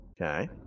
Okay